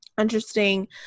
interesting